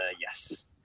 yes